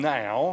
now